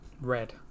Red